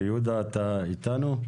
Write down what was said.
יהודה אתה איתנו?